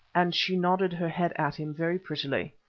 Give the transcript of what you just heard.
and she nodded her head at him very prettily.